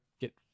get